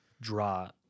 draw